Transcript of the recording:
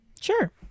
sure